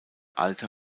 alter